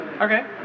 okay